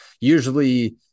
usually